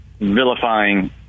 vilifying